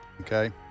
okay